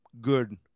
good